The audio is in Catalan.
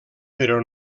però